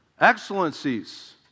Excellencies